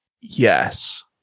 yes